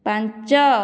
ପାଞ୍ଚ